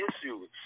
issues